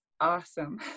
awesome